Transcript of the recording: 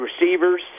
receivers